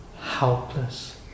helpless